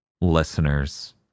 listeners